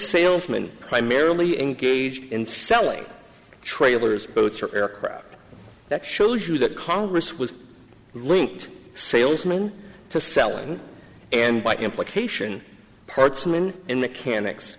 salesman primarily engaged in selling trailers boats or aircraft that shows you that congress was linked salesman to selling and by implication parts men in